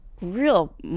Real